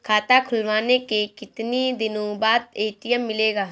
खाता खुलवाने के कितनी दिनो बाद ए.टी.एम मिलेगा?